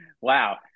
wow